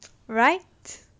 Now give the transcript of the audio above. right